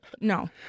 no